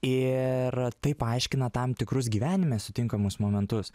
ir tai paaiškina tam tikrus gyvenime sutinkamus momentus